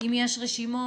אם יש רשימות,